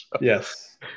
Yes